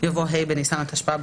יבוא: ה' בניסן התשפ"ב,